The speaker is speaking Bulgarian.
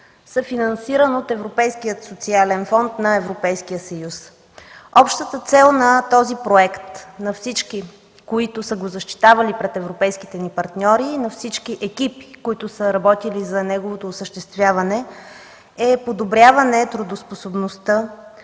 съфинансирана от Европейския социален фонд на Европейския съюз. Общата цел на този проект на всички, които са го защитавали пред европейските ни партньори, и на всички екип, които са работили за неговото осъществяване, е подобряване трудоспособността,